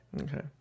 okay